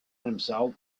himself